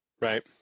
Right